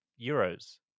euros